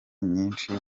nyinshi